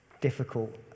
difficult